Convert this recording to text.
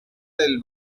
del